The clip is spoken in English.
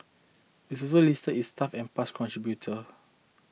it's also listed its staff and past contributor